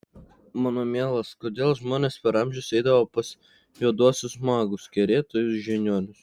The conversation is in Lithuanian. mano mielas kodėl žmonės per amžius eidavo pas juoduosius magus kerėtojus žiniuonius